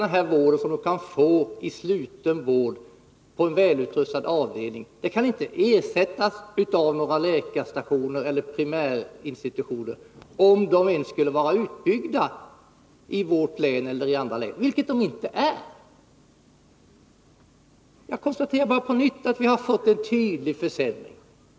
Den vård de kan få på en välutrustad avdelning i sluten vård kan inte ersättas med vård på några läkarstationer eller primärvårdsinstitutioner, ens om de vore utbyggda i vårt län eller andra län, vilket de inte är. Jag konstaterar på nytt att vi har fått en betydande försämring.